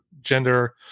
gender